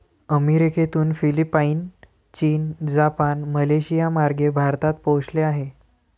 अमेरिकेतून फिलिपाईन, चीन, जपान, मलेशियामार्गे भारतात पोहोचले आहे